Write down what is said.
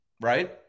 Right